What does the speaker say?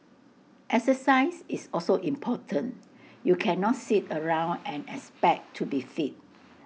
exercise is also important you cannot sit around and expect to be fit